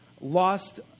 lost